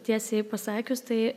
tiesiai pasakius tai